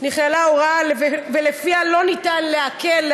נכללה הוראה שלפיה לא ניתן לעקל,